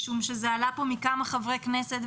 משום שזה עלה פה מכמה חברי כנסת,